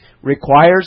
Requires